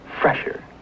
fresher